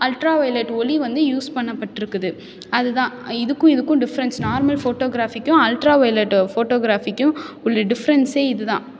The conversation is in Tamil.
அல்ட்ரா வொய்லெட் ஒளி வந்து யூஸ் பண்ணப்பட்டிருக்குது அது தான் இதுக்கும் இதுக்கும் டிஃப்ரென்ஸ் நார்மல் ஃபோட்டோகிராஃபிக்கும் அல்ட்ரா வொய்லெட்டு ஃபோட்டோகிராஃபிக்கும் உள்ள டிஃப்ரென்ஸே இது தான்